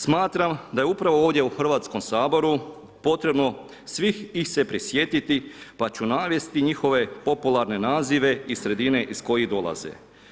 Smatram da je upravo ovdje u Hrvatskom saboru potrebno svih ih se prisjetiti pa ću navesti njihove popularne nazive iz sredine iz koje dolaze.